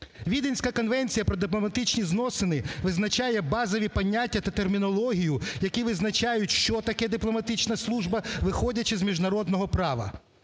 Віденська конвенція про дипломатичні зносини визначає базові поняття та термінологію, які визначають, що таке дипломатична служба, виходячи з міжнародного права.